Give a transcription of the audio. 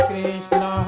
Krishna